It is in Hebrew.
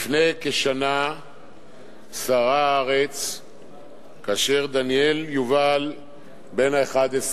לפני כשנה סערה הארץ כאשר דניאל יובל בן ה-11,